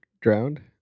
drowned